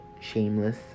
shameless